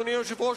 אדוני היושב-ראש,